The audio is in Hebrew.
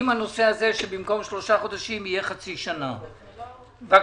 עם זה שבמקום שלושה חודשים יהיה חצי שנה, בבקשה.